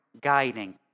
guiding